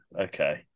okay